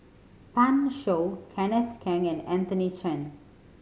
Pan Shou Kenneth Keng and Anthony Chen